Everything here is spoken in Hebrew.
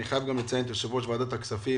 אני חייב לציין את יושב ראש ועדת הכספים,